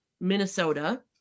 Minnesota